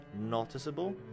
noticeable